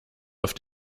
auf